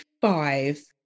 five